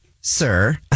Sir